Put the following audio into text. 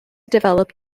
develop